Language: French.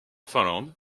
finlande